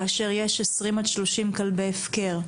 כאשר יש 30-20 אלף כלבי הפקר,